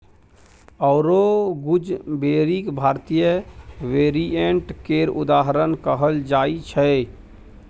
औरा गुजबेरीक भारतीय वेरिएंट केर उदाहरण कहल जाइ छै